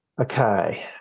okay